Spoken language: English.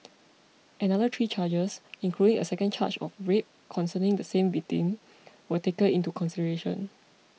another three charges including a second charge of rape concerning the same victim were taken into consideration